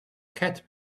cat